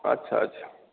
अच्छा अच्छा